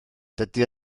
dydy